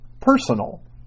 personal